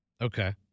Okay